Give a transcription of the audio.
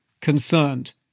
concerned